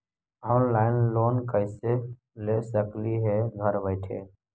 Online loan कैसे ले सकली हे घर बैठे?